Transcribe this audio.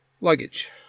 luggage